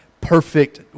perfect